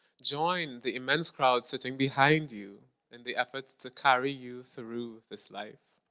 join the immense crowd sitting behind you in the efforts to carry you through this life.